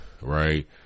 Right